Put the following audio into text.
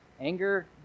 anger